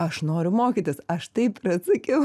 aš noriu mokytis aš taip ir atsakiau